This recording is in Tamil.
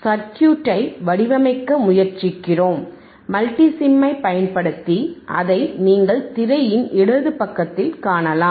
சர்க்யூட்டை வடிவமைக்க முயற்சிக்கிறோம் மல்டிசிம்மை பயன்படுத்தி அதை நீங்கள் திரையின் இடது பக்கத்தில் காணலாம்